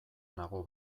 nago